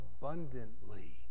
abundantly